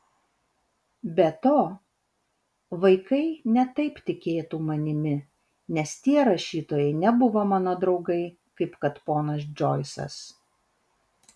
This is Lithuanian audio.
be to vaikai ne taip tikėtų manimi nes tie rašytojai nebuvo mano draugai kaip kad ponas džoisas